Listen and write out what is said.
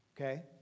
Okay